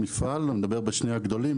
אני מדבר על שני הגדולים.